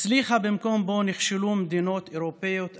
הצליחה במקום שבו נכשלו מדינות אירופיות אחרות.